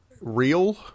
real